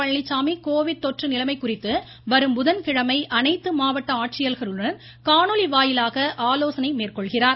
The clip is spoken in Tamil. பழனிச்சாமி கோவிட் தொற்று நிலைமை குறித்து வரும் புதன்கிழமை அனைத்து மாவட்ட ஆட்சியர்களுடன் காணொலி வாயிலாக ஆலோசனை மேற்கொள்கிறார்